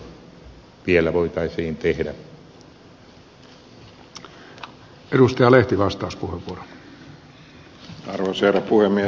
arvoisa herra puhemies